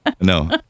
no